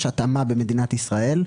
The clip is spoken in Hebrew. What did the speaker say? יש התאמה במדינת ישראל,